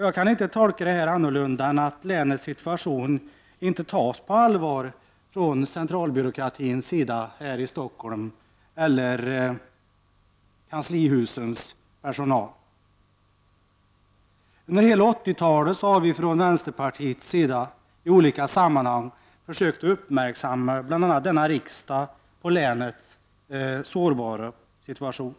Jag kan inte göra någon annan tolkning än den att man inom centralbyråkratin i Stockholm eller bland kanslihusets personal inte tar länets situation på allvar. Under hela 80-talet försökte vi i vänsterpartiet i olika sammanhang att göra bl.a. riksdagen uppmärksam på länets sårbara situation.